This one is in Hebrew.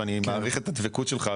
ואני מעריך את הדבקות שלך,